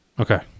Okay